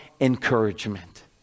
encouragement